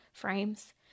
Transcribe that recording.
Frames